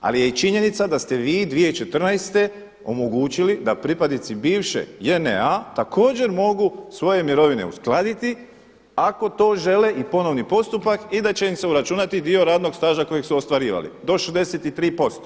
Ali je i činjenica da ste vi 2014. omogućili da pripadnici bivše JNA također mogu svoje mirovine uskladiti ako to žele i ponovni postupak i da će im se uračunati dio radnog staža kojeg su ostvarivali do 63%